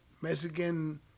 Mexican